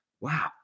wow